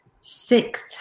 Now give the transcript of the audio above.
sixth